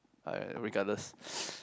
ah regardless